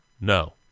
No